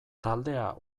taldea